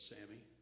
Sammy